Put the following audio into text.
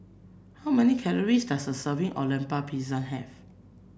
how many calories does a serving of Lemper Pisang have